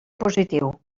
positiu